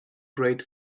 great